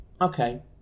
okay